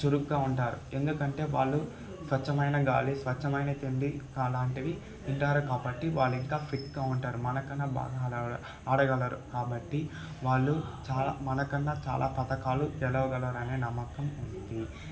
చురుగ్గా ఉంటారు ఎందుకంటే వాళ్ళు స్వచ్ఛమైన గాలి స్వచ్ఛమైన తిండి అలాంటివి తింటారు కాబట్టి వాళ్ళు ఇంకా ఫిట్గా ఉంటారు మనకన్నా బాగా ఆడగలరు కాబట్టి వాళ్ళు చాలా మనకన్నా చాలా పథకాలు గెలవగలరని నమ్మకం ఉంది